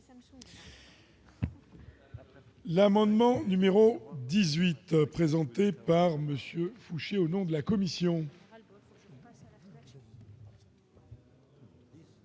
L'amendement n° 18, présenté par M. Fouché, au nom de la commission,